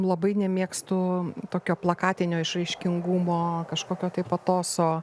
labai nemėgstu tokio plakatinio išraiškingumo kažkokio patoso